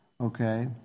okay